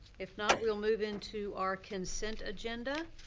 if not, we'll move into our consent agenda.